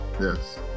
yes